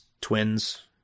twins